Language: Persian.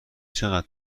چقدر